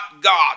God